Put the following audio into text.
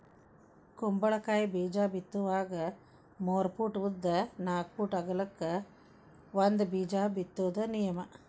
ಕುಂಬಳಕಾಯಿ ಬೇಜಾ ಬಿತ್ತುವಾಗ ಮೂರ ಪೂಟ್ ಉದ್ದ ನಾಕ್ ಪೂಟ್ ಅಗಲಕ್ಕ ಒಂದ ಬೇಜಾ ಬಿತ್ತುದ ನಿಯಮ